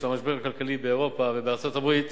המשבר הכלכלי באירופה ובארצות-הברית,